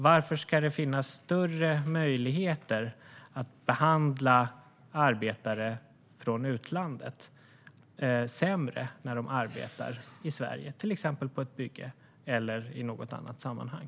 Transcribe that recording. Varför ska det finnas större möjligheter att behandla arbetare från utlandet sämre när de arbetar i Sverige, till exempel på ett bygge eller i något annat sammanhang?